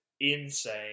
insane